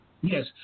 Yes